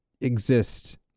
exist